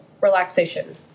relaxation